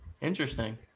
Interesting